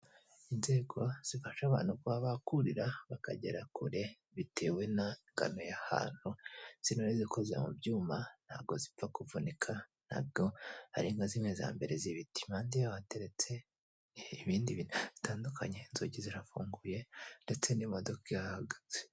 Inzego zifasha abantu kuba bakurira bakagera kure bitewe na kamere y'ahantu, izi zikoze mu byuma ntago zipfa kuvunika, ntabwo ari nka zimwe za mbere z'ibiti, impande yaho hateretse ibindi bitandukanye, n'inzugi zirafunguye ndetse n'imodoka yahagaze.